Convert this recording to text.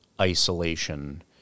isolation